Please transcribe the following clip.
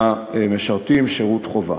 למשרתים שירות חובה.